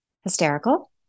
hysterical